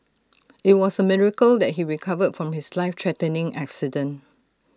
IT was A miracle that he recovered from his life threatening accident